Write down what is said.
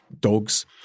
dogs